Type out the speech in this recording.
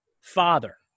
father